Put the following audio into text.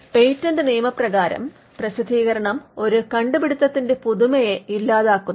patent നിയമ പ്രകാരം പ്രസിദ്ധീകരണം ഒരു കണ്ടുപിടുത്തത്തിന്റെ പുതുമയെ ഇല്ലാതാക്കുന്നു